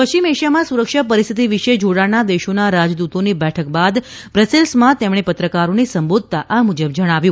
પશ્ચિમ એશિયામાં સુરક્ષા પરિસ્થિતિ વિશે જોડાણના દેશોના રાજદૂતોની બેઠક બાદ બ્રસેલ્સમાં તેમણે પત્રકારોને સંબોધતા આ મુજબ જણાવ્યું